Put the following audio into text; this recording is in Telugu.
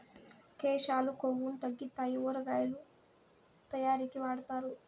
కేశాలు కొవ్వును తగ్గితాయి ఊరగాయ తయారీకి వాడుతారు